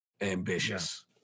ambitious